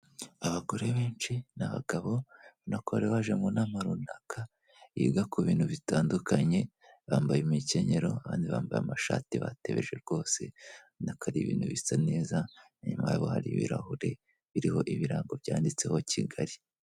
Abagore benshi n'abagabo ubonako bariribaje mu nama runaka yiga ku bintu bitandukanye, bambaye imikenyero kandi bambaye amashati batebeje rwose ubonako ari ibintu bisa neza nyuma bari ibirahure biriho ibirango byanditseho Kigali.